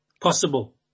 possible